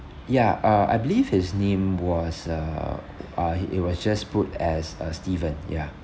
ya uh I believe his name was uh uh he it was just put as uh steven ya